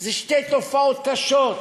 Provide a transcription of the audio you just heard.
זה שתי תופעות קשות.